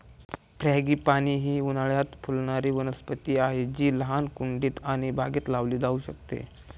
frangipani ही उन्हाळयात फुलणारी वनस्पती आहे जी लहान कुंडीत आणि बागेत लावली जाऊ शकते